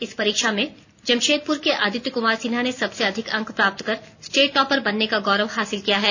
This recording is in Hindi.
इस परीक्षा में जमशेदपुर के आदित्य कुमार सिन्हा ने सबसे अधिक अंक प्राप्त कर स्टेट टॉपर बनने का गौरव हासिल किया है